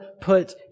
put